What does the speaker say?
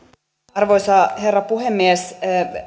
arvoisa herra puhemies